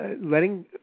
letting